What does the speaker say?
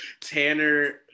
Tanner